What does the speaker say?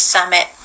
Summit